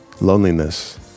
loneliness